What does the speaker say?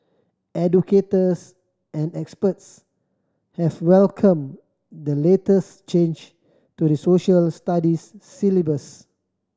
educators and experts have welcomed the latest change to the Social Studies syllabus